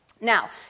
Now